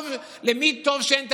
למי טוב שאין תקציב?